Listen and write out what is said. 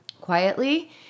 quietly